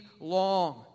long